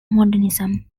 modernism